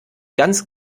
ganz